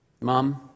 Mom